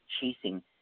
chasing